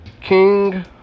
King